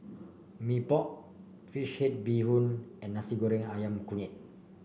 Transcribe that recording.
Mee Pok Fish Head Bee Hoon and Nasi Goreng ayam Kunyit